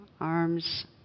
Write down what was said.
arms